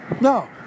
No